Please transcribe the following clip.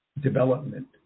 development